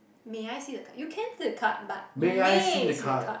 may I see the card you can see the card but you may see the card